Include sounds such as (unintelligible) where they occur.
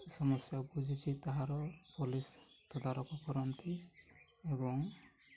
ସମସ୍ୟାକୁ (unintelligible) ତାହାର ପୋଲିସ୍ ତଦାରଖ କରନ୍ତି ଏବଂ